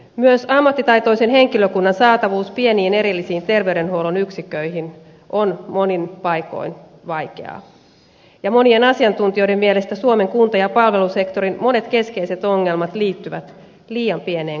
myös ammattitaitoisen henkilökunnan saatavuus pieniin erillisiin terveydenhuollon yksiköihin on monin paikoin vaikeaa ja monien asiantuntijoiden mielestä suomen kunta ja palvelusektorin monet keskeiset ongelmat liittyvät liian pieneen kuntakokoon